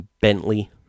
Bentley